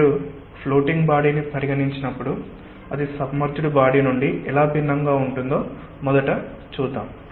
మీరు ఫ్లోటింగ్ బాడీని పరిగణించినప్పుడు అది సబ్మర్జ్డ్ బాడీ నుండి ఎలా భిన్నంగా ఉంటుందో మొదట చూద్దాం